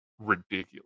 ridiculous